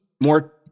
more